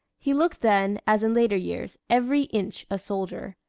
he looked then, as in later years, every inch a soldier,